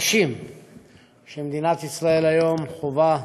הקשים שמדינת ישראל חווה,